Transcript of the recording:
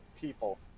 people